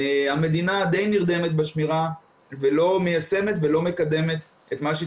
המדינה די נרדמת בשמירה ולא מיישמת לא מקדמת את מה שהיא